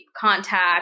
contact